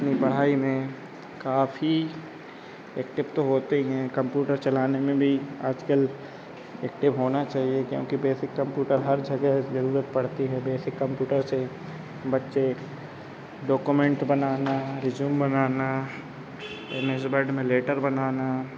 अपनी पढ़ाई में काफी एक्टिव तो होते ही हैं कंपूटर चलाने में भी आज कल एक्टिव होना चाहिए क्योंकि बेसिक कम्पूटर हर जगह ज़रूरत पड़ती है बेसिक कम्पुटर से बच्चे डॉक्यूमेंट बनाना रिज़्यूम बनाना एम एस वर्ड में लेटर बनाना